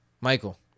Michael